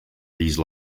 these